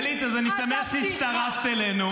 גלית, אז אני שמח שהצטרפת אלינו.